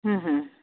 ହୁଁ ହୁଁ